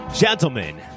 Gentlemen